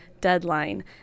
deadline